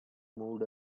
moved